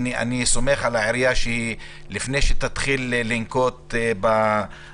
אני סומך על העירייה שלפני שהיא תתחיל לנקוט בקנסות,